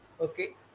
okay